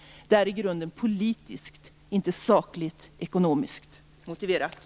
Den är i grunden politiskt och inte sakligt eller ekonomiskt motiverad.